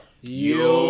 Yo